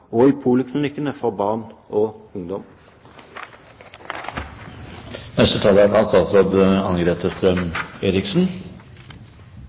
og i poliklinikkene for barn og ungdom. Det er